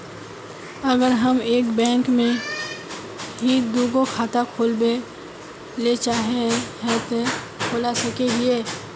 अगर हम एक बैंक में ही दुगो खाता खोलबे ले चाहे है ते खोला सके हिये?